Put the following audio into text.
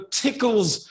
tickles